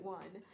one